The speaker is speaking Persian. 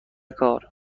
کار